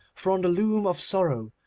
for on the loom of sorrow,